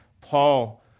Paul